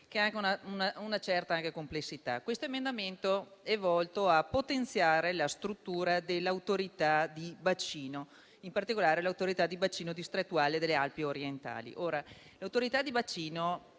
che ha una certa complessità. Questo emendamento, infatti, è volto a potenziare la struttura dell'autorità di bacino, in particolare l'Autorità di bacino distrettuale delle Alpi orientali.